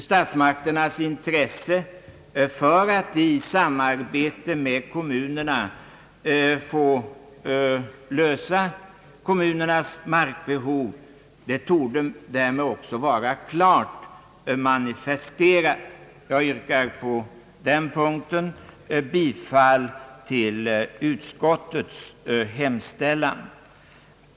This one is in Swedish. Statsmakternas intresse för att i samarbete med kommunerna lösa frågan om kommunernas markbehov torde därmed också vara klart manifesterat. Jag yrkar på den punkten bifall till utskottets hemställan.